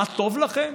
מה טוב לכם?